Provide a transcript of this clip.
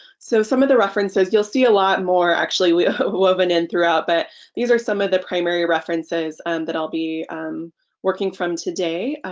so some of the references you'll see a lot more actually woven in throughout but these are some of the primary references that i'll be working from today.